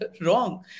wrong